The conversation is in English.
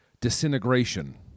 Disintegration